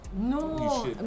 No